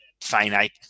finite